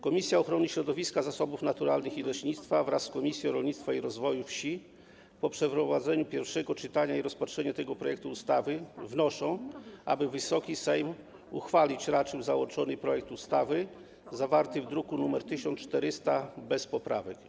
Komisja Ochrony Środowiska, Zasobów Naturalnych i Leśnictwa wraz z Komisją Rolnictwa i Rozwoju Wsi po przeprowadzeniu pierwszego czytania i rozpatrzeniu tego projektu ustawy wnoszą, aby Wysoki Sejm uchwalić raczył załączony projekt ustawy zawarty w druku nr 1400 bez poprawek.